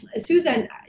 susan